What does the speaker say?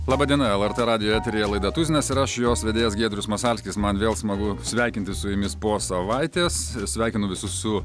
laba diena lrt radijo eteryje laida tuzinas ir aš jos vedėjas giedrius masalskis man vėl smagu sveikintis su jumis po savaitės sveikinu visus su